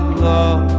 love